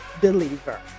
Believer